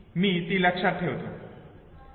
मी ती लक्षात ठेवतो